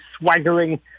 swaggering